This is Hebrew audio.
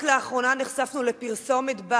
רק לאחרונה נחשפנו לפרסומת שבה